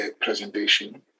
presentation